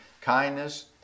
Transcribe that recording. kindness